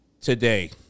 today